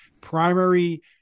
primary